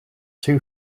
two